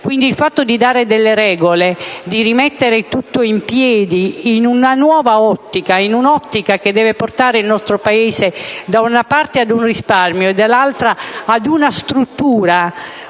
quindi, il fatto di dare delle regole e di rimettere tutto in piedi in una nuova ottica, che deve portare il nostro Paese da una parte ad un risparmio e dall'altra ad una struttura